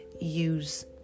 use